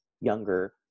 younger